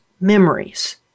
memories